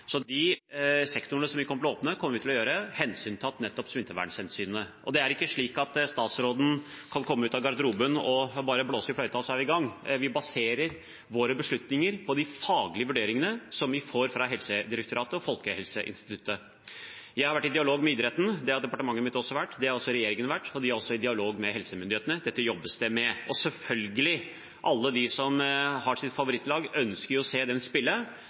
Så de sektorene vi kommer til å åpne, kommer vi til å gjøre hensyntatt nettopp smittevernet. Det er ikke slik at statsråden bare kan komme ut av garderoben, blåse i fløyta og så er vi i gang. Vi baserer våre beslutninger på de faglige vurderingene vi får fra Helsedirektoratet og Folkehelseinstituttet. Jeg har vært i dialog med idretten, det har departementet mitt vært, og det har også regjeringen vært. De er også i dialog med helsemyndighetene. Dette jobbes det med. Selvfølgelig ønsker alle som har sitt favorittlag, å se dem spille. Men vi ønsker også å